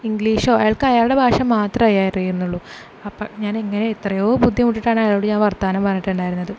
ഇംഗ്ലീഷോ അയാൾക്ക് അയാൾടെ ഭാഷ മാത്രമേ അറിയുന്നുള്ളൂ അപ്പം ഞാൻ ഇങ്ങനെ എത്രയോ ബുദ്ധിമുട്ടിയിട്ടാണ് അയാളോട് ഞാൻ വർത്താനം പറഞ്ഞിട്ടുണ്ടായിരുന്നത്